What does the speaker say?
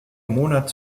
monat